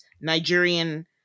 Nigerian